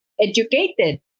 educated